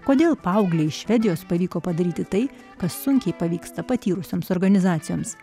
kodėl paauglei švedijos pavyko padaryti tai kas sunkiai pavyksta patyrusiems organizacijoms